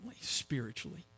spiritually